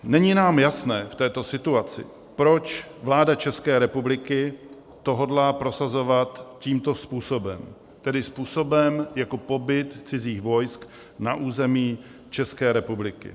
Není nám jasné v této situaci, proč to vláda České republiky hodlá prosazovat tímto způsobem, tedy způsobem jako pobyt cizích vojsk na území České republiky.